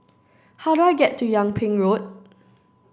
how do I get to Yung Ping Road